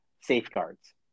safeguards